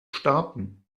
starten